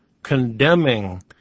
condemning